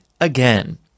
again